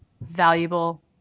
valuable